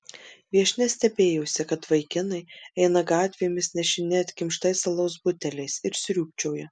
viešnia stebėjosi kad vaikinai eina gatvėmis nešini atkimštais alaus buteliais ir sriūbčioja